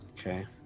Okay